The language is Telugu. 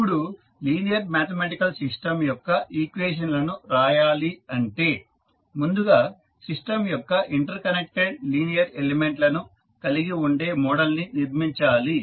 ఇప్పుడు లీనియర్ మ్యాథమెటికల్ సిస్టం యొక్క ఈక్వేషన్ లను రాయాలి అంటే ముందుగా సిస్టం యొక్క ఇంటర్ కనెక్టెడ్ లీనియర్ ఎలిమెంట్ లను కలిగి ఉండే మోడల్ ని నిర్మించాలి